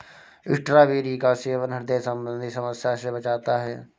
strawberry का सेवन ह्रदय संबंधी समस्या से बचाता है